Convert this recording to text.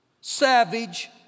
savage